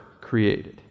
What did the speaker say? created